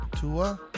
Tua